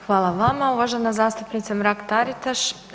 Hvala vama, uvažena zastupnice Mrak-Taritaš.